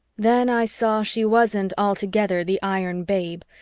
then i saw she wasn't altogether the iron babe,